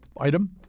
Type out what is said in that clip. item